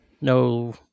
no